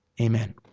Amen